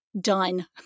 done